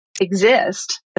exist